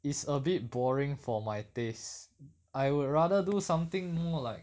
it's a bit boring for my taste I would rather do something more like